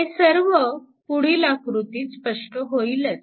हे सर्व पुढील आकृतीत स्पष्ट होईलच